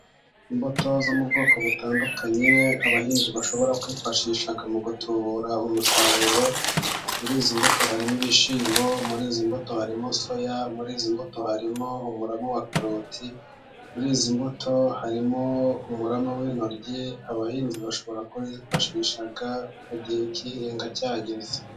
Imbuto zo mu bwoko butandukanye abahinzi bashobora kwifashisha mu gutubura umusaruro. Muri izi mbuto harimo ibishyimbo, muri izi mbuto harimo soya, muri izi mbuto harimo umurama wa karoti, muri izi mbuto harimo umurama w'intoryi. Abahinzi bashobora kuzifashisha mu gihe cy'ihinga cyageze.